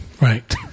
Right